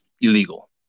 illegal